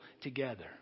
together